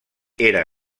era